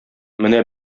менә